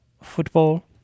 football